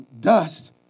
dust